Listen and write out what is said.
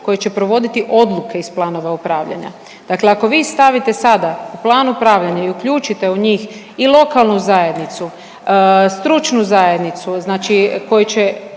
koja će provoditi odluke iz planova upravljanja. Dakle ako vi stavite sada u plan upravljanja i uključite u njih i lokalnu zajednicu, stručnu zajednicu, znači koji će